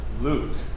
Luke